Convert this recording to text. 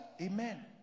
Amen